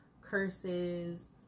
curses